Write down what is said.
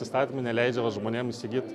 įstatymai neleidžia vat žmonėm įsigyt